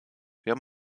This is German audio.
wir